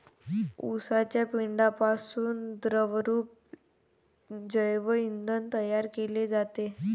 उसाच्या पेंढ्यापासून द्रवरूप जैव इंधन तयार केले जाते